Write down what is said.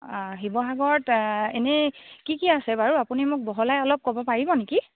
অঁ শিৱসাগৰত অঁ এনেই কি কি আছে বাৰু আপুনি মোক বহলাই অলপ ক'ব পাৰিব নেকি